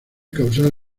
causar